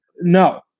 no